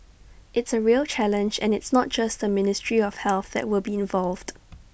it's A real challenge and it's not just the ministry of health that will be involved